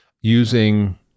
using